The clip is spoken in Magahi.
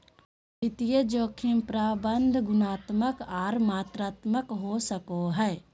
वित्तीय जोखिम प्रबंधन गुणात्मक आर मात्रात्मक हो सको हय